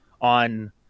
on